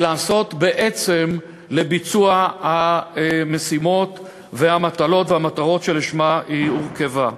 ולעשות בעצם לביצוע המשימות והמטלות והמטרות שלשמה היא הורכבה.